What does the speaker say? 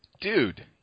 Dude